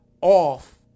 off